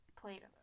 played